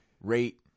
rate